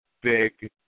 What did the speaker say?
big